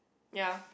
ya